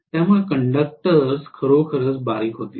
त्यामुळे कंडक्टर्स खरोखरच बारीक होतील